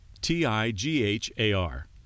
T-I-G-H-A-R